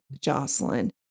Jocelyn